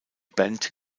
band